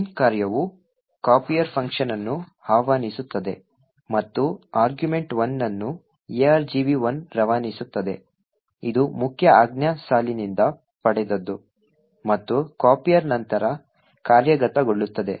main ಕಾರ್ಯವು copier function ಅನ್ನು ಆಹ್ವಾನಿಸುತ್ತದೆ ಮತ್ತು ಆರ್ಗ್ಯುಮೆಂಟ್ 1 ಅನ್ನು argv1 ರವಾನಿಸುತ್ತದೆ ಇದು ಮುಖ್ಯ ಆಜ್ಞಾ ಸಾಲಿನಿಂದ ಪಡೆದದ್ದು ಮತ್ತು copier ನಂತರ ಕಾರ್ಯಗತಗೊಳ್ಳುತ್ತದೆ